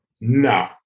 No